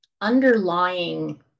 underlying